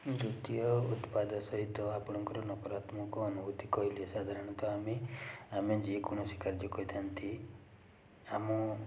ଦ୍ଵିତୀୟ ଉତ୍ପାଦ ସହିତ ଆପଣଙ୍କର ନକାରାତ୍ମକ ଅନୁଭୁତି କହିଲେ ସାଧାରଣତଃ ଆମେ ଆମେ ଯେକୌଣସି କାଯ୍ୟ କରିଥାନ୍ତି ଆମ